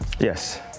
Yes